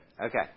okay